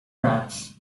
rats